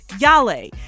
yale